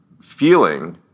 feeling